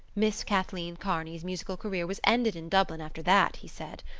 miss kathleen kearney's musical career was ended in dublin after that, he said.